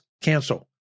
Cancel